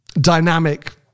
dynamic